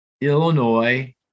Illinois